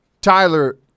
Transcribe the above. Tyler